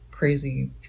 crazy